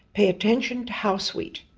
pay attention to how sweet,